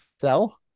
sell